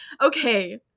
okay